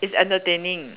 it's entertaining